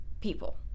people